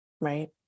right